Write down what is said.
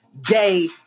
day